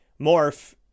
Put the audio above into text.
morph